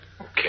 Okay